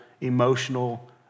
emotional